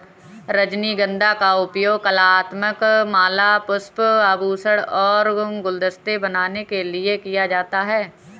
रजनीगंधा का उपयोग कलात्मक माला, पुष्प, आभूषण और गुलदस्ते बनाने के लिए किया जाता है